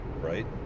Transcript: right